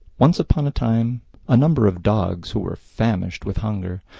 once upon a time a number of dogs, who were famished with hunger,